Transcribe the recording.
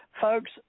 Folks